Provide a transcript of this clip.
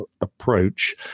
approach